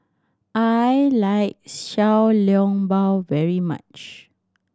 I like Xiao Long Bao very much